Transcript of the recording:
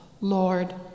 Lord